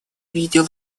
видел